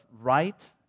right